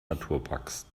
naturparks